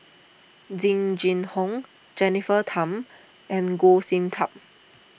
Jing Jun Hong Jennifer Tham and Goh Sin Tub